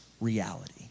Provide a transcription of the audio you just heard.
reality